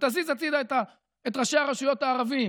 תזיז הצידה את ראשי הרשויות הערבים